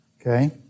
Okay